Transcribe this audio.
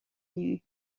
inniu